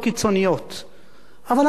אבל אנחנו לא מבקרי תקשורת.